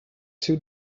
two